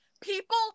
people